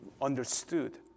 understood